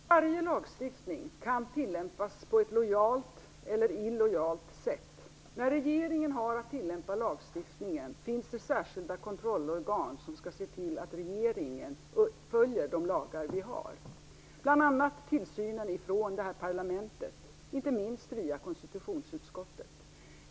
Herr talman! Varje lagstiftning kan tillämpas på ett lojalt eller på ett illojalt sätt. För regeringens tilllämpning av lagarna finns det särskilda kontrollorgan, som skall se till att regeringen följer de lagar som vi har. Vi har bl.a. en tillsyn från det här parlamentet, inte minst via konstitutionsutskottet.